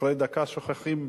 אחרי דקה שוכחים.